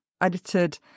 edited